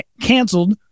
canceled